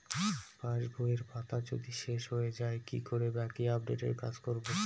পাসবইয়ের পাতা যদি শেষ হয়ে য়ায় কি করে বাকী আপডেটের কাজ করব?